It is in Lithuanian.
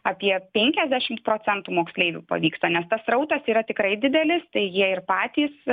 apie penkiasdešimt procentų moksleivių pavyksta nes tas srautas yra tikrai didelis tai jie ir patys